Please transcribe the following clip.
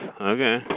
Okay